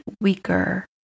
weaker